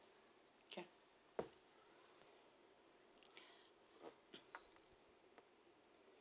okay